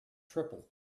triple